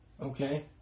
Okay